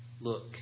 look